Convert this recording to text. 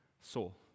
soul